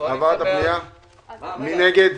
מי נגד.